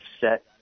set